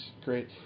great